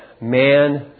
Man